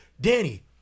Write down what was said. Danny